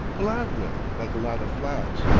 palaverin' like a lot of flats.